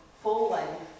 full-length